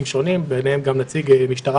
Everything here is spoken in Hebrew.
לא נקראים לשרת,